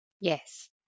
Yes